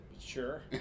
sure